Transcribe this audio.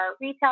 retail